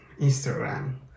Instagram